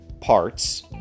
parts